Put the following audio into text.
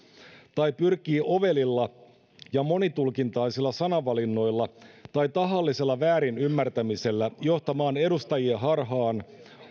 tai pyrkii ovelilla ja monitulkintaisilla sanavalinnoilla tai tahallisella väärinymmärtämisellä johtamaan edustajia harhaan